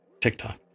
TikTok